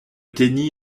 déni